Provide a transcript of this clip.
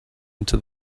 into